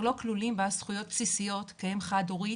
לא כלולים בה זכויות בסיסיות כאם חד הורית,